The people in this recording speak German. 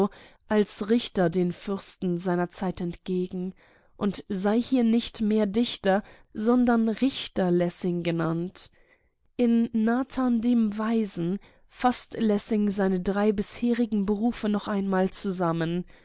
als richter den fürsten seiner zeit entgegen und sei hier nicht mehr dichter sondern richter lessing genannt in nathan dem weisen faßt lessing seine drei bisherigen berufe noch einmal zusammen